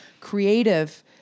creative